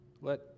Let